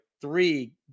three